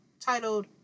titled